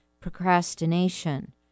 procrastination